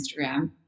Instagram